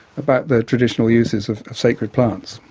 about the traditional uses of sacred plants.